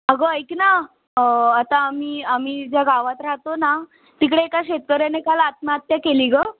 अगं ऐक ना आता आम्ही आम्ही ज्या गावात राहातो ना तिकडे एका शेतकऱ्याने काल आत्महत्या केली गं